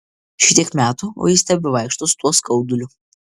šitiek metų o jis tebevaikšto su tuo skauduliu